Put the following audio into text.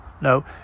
No